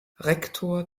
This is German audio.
rektor